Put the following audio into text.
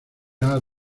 are